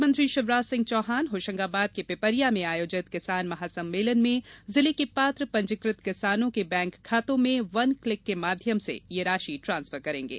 मुख्यमंत्री शिवराज सिंह चौहान होशगाबाद के पिपरिया में आयोजित किसान महासम्मेलन में जिले के पात्र पंजीकृत किसानों के बैंक खातों में वन क्लिक के माध्यम से ये राशि ट्रांसफर करेंगे